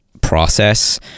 process